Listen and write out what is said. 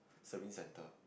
serving centre